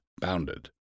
bounded